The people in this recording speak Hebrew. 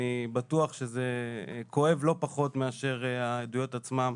אני בטוח שזה כואב לא פחות מאשר העדויות עצמן.